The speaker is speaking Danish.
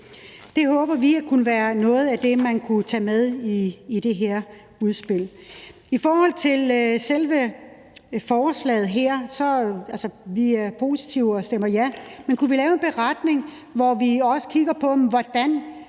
Det håber vi kunne være noget af det, man kunne tage med i det her udspil. I forhold til selve forslaget her vil jeg sige, at vi er positive og stemmer ja, men kunne vi lave en beretning, hvor vi også kigger på, hvordan